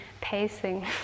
pacing